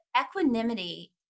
equanimity